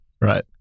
Right